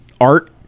art